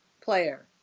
player